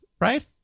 right